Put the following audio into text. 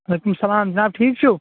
وعلیکُم السلام جناب ٹھیٖک چھُو